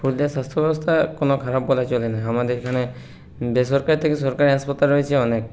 পুরুলিয়ার স্বাস্থ্য ব্যবস্থা কোনো খারাপ বলা চলে না আমাদের এখানে বেসরকারি থেকে সরকারি হাসপাতাল রয়েছে অনেক